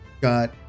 got